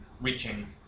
Reaching